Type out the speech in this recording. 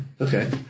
okay